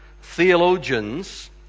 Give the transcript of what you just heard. theologians